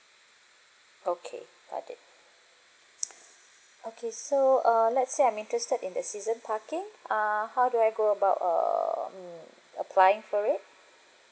okay got it okay so uh let's say I'm interested in the season parking err how do I go about err mm applying for it